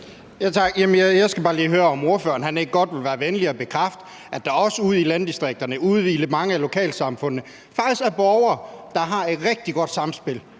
Jeg skal bare lige høre, om ordføreren ikke godt vil være venlig at bekræfte, at der også ude i landdistrikterne, ude i mange af lokalsamfundene, faktisk er borgere, der har et rigtig godt samspil